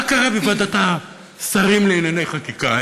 מה קרה בוועדת השרים לענייני חקיקה.